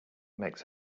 makes